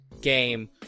Game